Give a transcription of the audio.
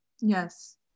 Yes